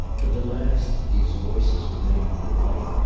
to the last these voices remained a delight,